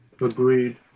Agreed